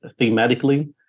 thematically